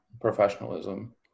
professionalism